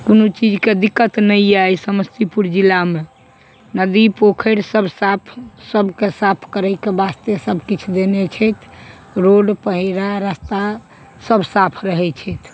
कोनो चीजके दिक्कत नहि यऽ एहि समस्तीपुर जिलामे नदी पोखरि सब साफ सबके साफ करयके बास्ते सबकिछु देने छथि रोड पेयरा रस्ता सब साफ रहै छथि